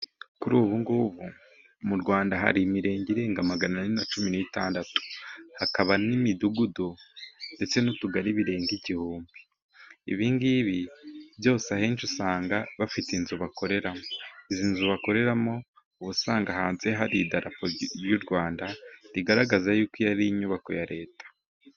Kuri ubu ngubu mu Rwanda hari imirenge irenga magana ane na cumi n'itandatu, hakaba n'imidugudu ndetse n'utugari birenga igihumbi. Ibingibi byose ahenshi usanga bafite inzu bakoreramo. Izi nzu bakoreramo, uba usanga hanze hari idarapo ry’u Rwanda rigaragaza yuko iyi ari inyubako ya Leta.